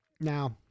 Now